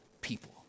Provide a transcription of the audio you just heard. people